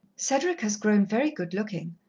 cedric has grown very good-looking,